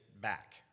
back